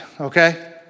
okay